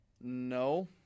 No